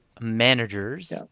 managers